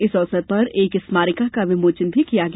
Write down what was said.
इस अवसर पर एक स्मारिका का विमोचन भी किया गया